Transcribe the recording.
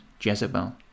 Jezebel